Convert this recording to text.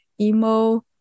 Emo